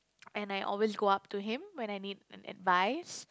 and I always go up to him when I need an advice